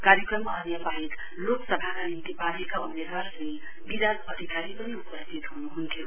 कार्यक्रममा अन्य वाहेक लोकसभाका निम्ति पार्टीको उम्मेदवार श्री विराज अधिकारी पनि उपस्थित हुनुहुन्थ्यो